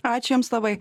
ačiū jums labai